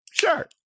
sure